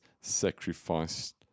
sacrificed